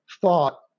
thought